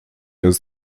ist